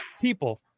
people